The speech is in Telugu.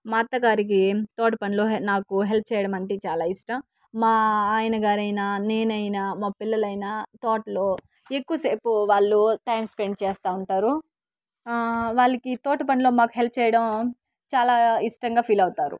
మా అత్త గారికి తోట పనులు నాకు హెల్ప్ చేయడం అంటే చాలా ఇష్టం మా ఆయన గారైన నేనైనా మా పిల్లలైనా తోటలో ఎక్కువసేపు వాళ్ళు టైం స్పెండ్ చేస్తూ ఉంటారు వాళ్లకి తోట పనిలో మాకు హెల్ప్ చేయడం చాలా ఇష్టంగా ఫీల్ అవుతారు